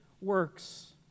works